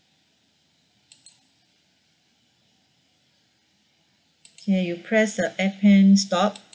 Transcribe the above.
okay you press the F and stop